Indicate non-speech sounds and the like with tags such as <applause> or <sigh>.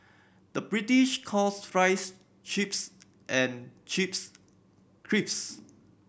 the British calls fries chips and chips <unintelligible>